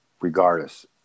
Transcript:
regardless